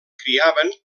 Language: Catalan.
criaven